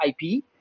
IP